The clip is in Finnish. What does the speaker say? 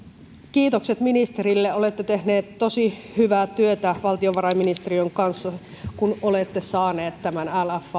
kiitokset ministerille olette tehnyt tosi hyvää työtä valtiovarainministeriön kanssa kun olette saanut tämän lfa